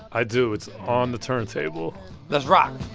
i do. it's on the turntable let's rock